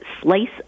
slice